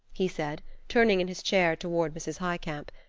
he said, turning in his chair toward mrs. highcamp.